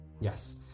Yes